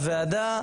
הוועדה,